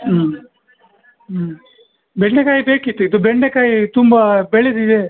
ಹ್ಞೂ ಹ್ಞೂ ಬೆಂಡೆಕಾಯಿ ಬೇಕಿತ್ತು ಇದು ಬೆಂಡೆಕಾಯಿ ತುಂಬ ಬೆಳೆದಿದೆ